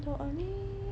the only